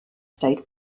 state